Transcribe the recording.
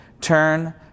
turn